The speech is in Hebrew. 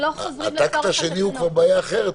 הטקט השני הוא כבר בעיה אחרת,